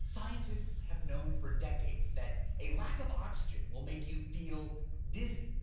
scientists have known for decades that a lack of oxygen will make you feel dizzy,